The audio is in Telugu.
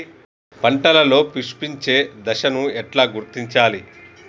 పంటలలో పుష్పించే దశను ఎట్లా గుర్తించాలి?